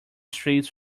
streets